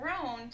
grown